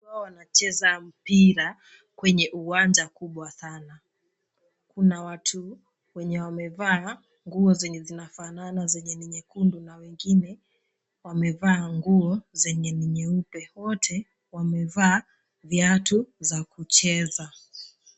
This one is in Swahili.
Wawacheza mpira kwenye uwanja kubwa sana. Kuna watu wenye wamevaa nguo zenye zinafanana zenye ni nyekundu na wengine wamevaa nguo zenye ni nyeupe. Wote wamevaa viatu za kucheza.